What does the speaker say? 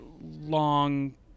long